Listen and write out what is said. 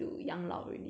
oh ya